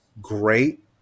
great